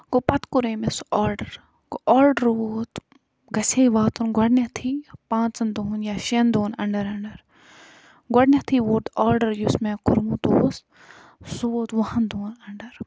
گوٚو پَتہٕ کوٚرے مےٚ سُہ آردڑ گوٚو آرڈر ووٚت گژھِ ہے واتُن گۄڈٕنٮ۪تھٕے پانٛژَن دۄہَن یا شٮ۪ن دۄہَن اَنٛڈر اَنٛڈر گۄڈٕنٮ۪تھٕے ووٚت آرڈر یُس مےٚ کوٚرمُت اوس سُہ ووٚت وُہن دۄہن اَنٛڈر